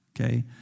okay